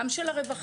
גם של הרווחה,